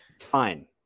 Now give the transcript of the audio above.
fine